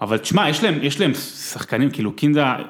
‫אבל תשמע, יש להם, יש להם שחקנים, ‫כאילו, קינדה...